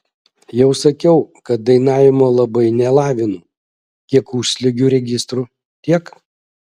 jau sakiau kad dainavimo labai nelavinu kiek užsliuogiu registru tiek